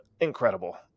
incredible